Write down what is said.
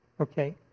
Okay